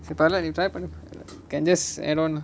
சரி பரவால நீ:sari paravala nee try பன்னு:pannu can just add on uh